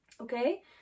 okay